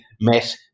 met